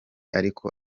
ariko